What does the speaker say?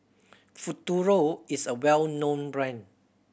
Futuro is a well known brand